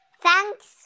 Thanks